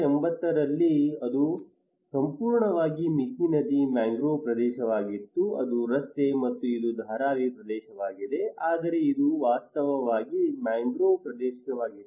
1980 ರಲ್ಲಿ ಅದು ಸಂಪೂರ್ಣವಾಗಿ ಮಿಥಿ ನದಿಯ ಮ್ಯಾಂಗ್ರೋವ್ ಪ್ರದೇಶವಾಗಿತ್ತು ಅದು ರಸ್ತೆ ಮತ್ತು ಇದು ಧಾರಾವಿ ಪ್ರದೇಶವಾಗಿದೆ ಆದರೆ ಇದು ವಾಸ್ತವವಾಗಿ ಮ್ಯಾಂಗ್ರೋವ್ ಪ್ರದೇಶವಾಗಿತ್ತು